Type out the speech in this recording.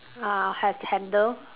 uh hand handle